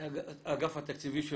לאגף התקציבים.